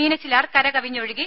മീനച്ചിലാർ കര കവിഞ്ഞൊഴുകി